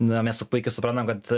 na mes puikiai suprantam kad